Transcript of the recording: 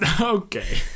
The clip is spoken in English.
okay